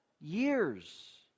years